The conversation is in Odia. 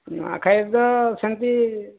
ନୂଆଖାଇ ତ ସେମିତି